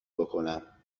بکنم